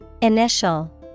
Initial